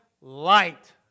light